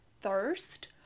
thirst